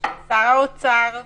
שר האוצר,